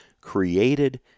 created